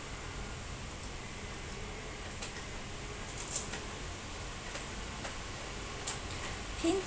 pin